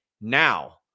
Now